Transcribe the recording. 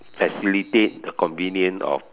facilitate the convenience of